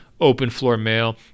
openfloormail